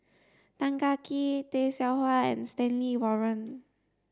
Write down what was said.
Tan Kah Kee Tay Seow Huah and Stanley Warren